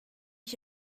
ich